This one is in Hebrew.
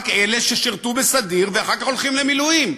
רק אלה ששירתו בסדיר ואחר כך הולכים למילואים.